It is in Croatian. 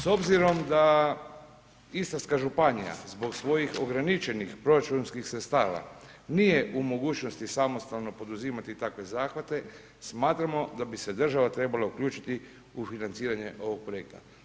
S obzirom da Istarska županija zbog svojih ograničenih proračunskih sredstava nije u mogućnosti samostalno poduzimati takve zahvate smatramo da bi se država trebala uključiti u financiranje ovog projekta.